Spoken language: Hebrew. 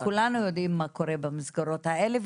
כולנו יודעים מה קורה במסגרות האלה,